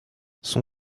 son